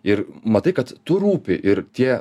ir matai kad tu rūpi ir tie